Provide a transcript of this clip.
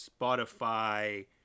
Spotify